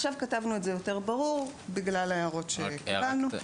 עכשיו כתבנו את זה יותר ברור בגלל ההערות שקיבלנו.